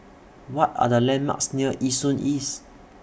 What Are The landmarks near Nee Soon East